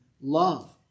love